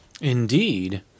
Indeed